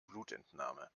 blutentnahme